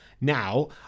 Now